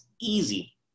easy